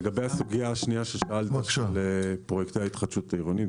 לגבי הסוגיה השנייה בנוגע לפרויקטי התחדשות עירונית,